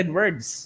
words